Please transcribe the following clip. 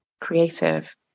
creative